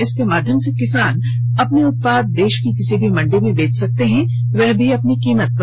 इसके माध्यम से किसान अपने उत्पाद देश की किसी भी मंडी में बेच सकते हैं वह भी अपनी कीमत पर